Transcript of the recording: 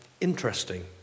interesting